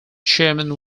chairmen